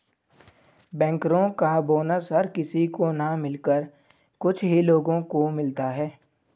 बैंकरो का बोनस हर किसी को न मिलकर कुछ ही लोगो को मिलता है